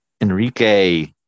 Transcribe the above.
Enrique